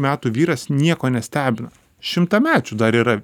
metų vyras nieko nestebina šimtamečių dar yra